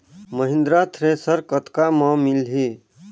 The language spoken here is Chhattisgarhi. महिंद्रा थ्रेसर कतका म मिलही?